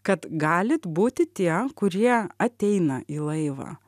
kad galit būti tie kurie ateina į laivą